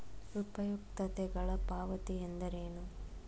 ಉಪಯುಕ್ತತೆಗಳ ಪಾವತಿ ಎಂದರೇನು?